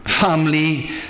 family